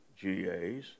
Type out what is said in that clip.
GAs